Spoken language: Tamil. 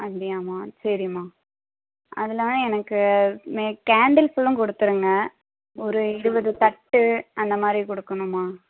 அப்படியாம்மா சரிம்மா அதில் எனக்கு கேண்டில்ஸுலாம் கொடுத்துருங்க ஒரு இருபது தட்டு அந்த மாதிரி கொடுக்கணும்மா